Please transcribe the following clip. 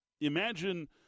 Imagine